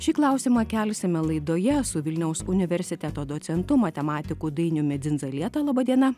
šį klausimą kelsime laidoje su vilniaus universiteto docentu matematiku dainiumi dzindzalieta laba diena